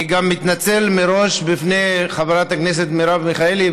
אני גם מתנצל מראש בפני חברת הכנסת מרב מיכאלי,